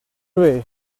way